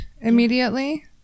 immediately